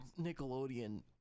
Nickelodeon